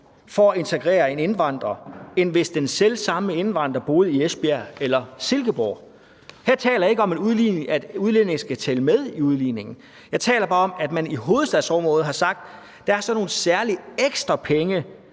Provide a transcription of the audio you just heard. for at integrere en indvandrer, end hvis den selv samme indvandrer boede i Esbjerg eller Silkeborg. Her taler jeg ikke om, at udlændinge skal tælle med i udligningen. Jeg taler bare om, at man i forhold til hovedstadsområdet har sagt: Der er sådan nogle ekstra penge,